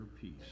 peace